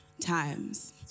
times